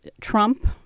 Trump